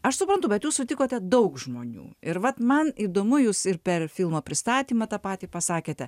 aš suprantu bet jūs sutikote daug žmonių ir vat man įdomu jūs ir per filmo pristatymą tą patį pasakėte